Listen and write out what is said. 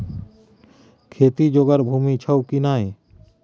खेती जोगर भूमि छौ की नै?